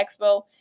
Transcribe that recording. expo